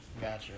Gotcha